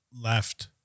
Left